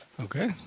Okay